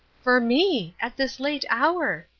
for me! at this late hour!